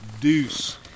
Deuce